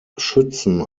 schützen